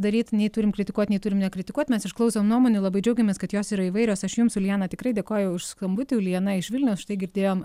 daryt nei turim kritikuot nei turim nekritikuot mes išklausom nuomonių labai džiaugiamės kad jos yra įvairios aš jums ulijana tikrai dėkoju už skambutį ulijana iš vilniaus štai girdėjom